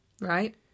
Right